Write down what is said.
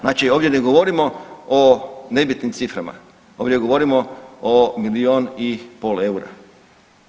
Znači ovdje ne govorimo o nebitnim ciframa, ovdje govorimo o milion i pol EUR-a.